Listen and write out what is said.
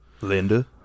linda